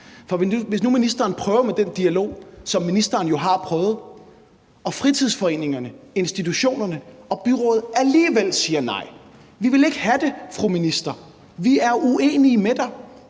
For hvis nu ministeren prøver med den dialog, som ministeren jo har prøvet, og fritidsordningerne, institutionerne og byrådene alligevel siger nej, og at vi vil ikke have det, fru minister, vi er uenige med dig,